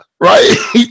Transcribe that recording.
right